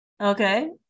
Okay